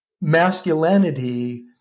masculinity